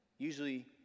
Usually